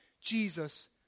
Jesus